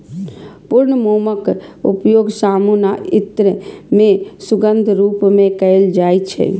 पूर्ण मोमक उपयोग साबुन आ इत्र मे सुगंधक रूप मे कैल जाइ छै